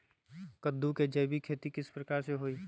कददु के जैविक खेती किस प्रकार से होई?